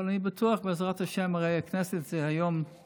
אבל אני בטוח, בעזרת השם, הרי הכנסת היום היא